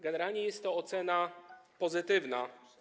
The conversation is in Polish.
Generalnie jest to ocena pozytywna.